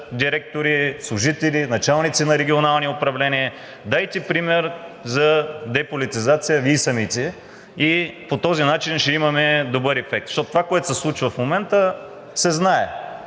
директори, служители, началници на регионални управления. Дайте пример за деполитизация Вие самите и по този начин ще имаме добър ефект. Защото това, което се случва в момента, се знае.